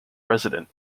resident